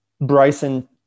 Bryson